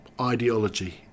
ideology